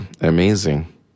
amazing